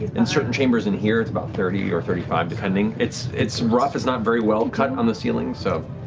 in certain chambers in here, it's about thirty or thirty five, depending. it's it's rough, it's not very well cut on the ceiling. so